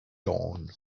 dawn